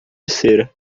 cera